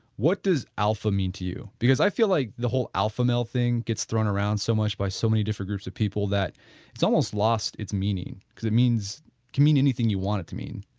what does alpha mean to you? because i feel like the whole alpha male thing gets thrown around so much by so many different groups of people that it's almost lost its meaning because it means, it could mean anything you wanted to mean,